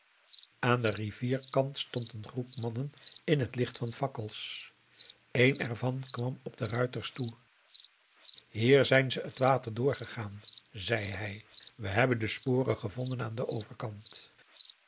aan den rivierkant stond een groep mannen in het licht van fakkels een er van kwam op de ruiters toe hier zijn ze het water doorgegaan zei hij wij hebben de sporen gevonden aan den overkant